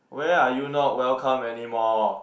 where are you not welcomed anymore